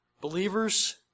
believers